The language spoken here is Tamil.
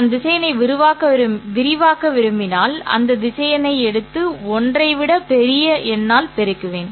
நான் திசையனை விரிவாக்க விரும்பினால் அந்த திசையனை எடுத்து 1 ஐ விட பெரிய எண்ணால் பெருக்குவேன்